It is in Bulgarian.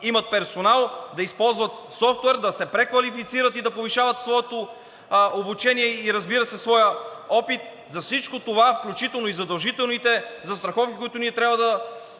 имат персонал, да използват софтуер, да се преквалифицират и да повишават своето обучение и, разбира се, своя опит. За всичко това, включително задължителните застраховки, които трябва да